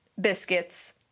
Biscuits